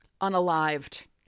unalived